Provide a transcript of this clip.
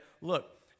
look